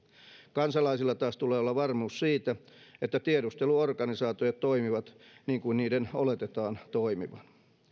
kansalaisilla taas tulee olla varmuus siitä että tiedusteluorganisaatiot toimivat niin kuin niiden oletetaan toimivan